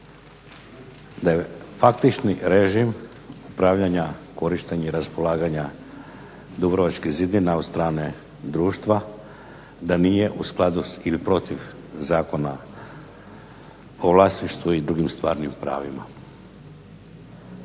da je faktični režim upravljanja, korištenja i raspolaganja dubrovačkih zidina od strane društva da nije u skladu ili protiv Zakona o vlasništvu i drugim stvarnim pravima.